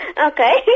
Okay